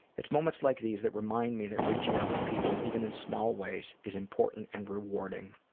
it's moments like these that remind me that reaching out to people even in small ways is important and rewarding.